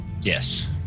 Yes